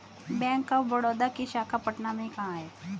Bank of Baroda की शाखा पटना में कहाँ है?